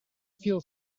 feel